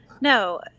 No